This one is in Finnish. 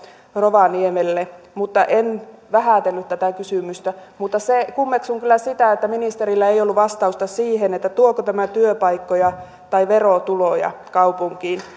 rovaniemelle en vähätellyt tätä kysymystä mutta kummeksun kyllä sitä että ministerillä ei ollut vastausta siihen tuoko tämä työpaikkoja tai verotuloja kaupunkiin